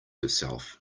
herself